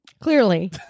Clearly